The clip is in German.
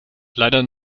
leider